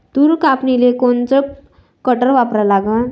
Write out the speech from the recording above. तूर कापनीले कोनचं कटर वापरा लागन?